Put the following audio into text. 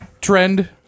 trend